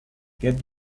get